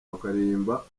ukaririmba